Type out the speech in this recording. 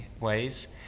ways